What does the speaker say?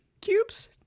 cubes